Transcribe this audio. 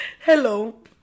Hello